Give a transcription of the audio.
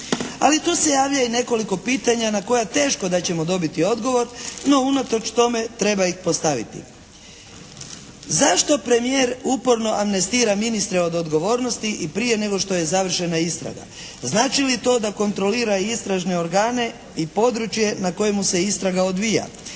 Ali tu se javlja i nekoliko pitanja na koja teško da ćemo dobiti odgovor no unatoč tome treba ih postaviti. Zašto premijer uporno amnestira ministre od odgovornosti i prije nego što je završena istraga? Znači li to da kontrolira i istražne organe i područje na kojemu se istraga odvija?